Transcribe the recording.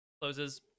closes